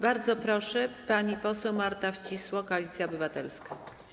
Bardzo proszę, pani poseł Marta Wcisło, Koalicja Obywatelska.